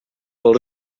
pel